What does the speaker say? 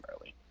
early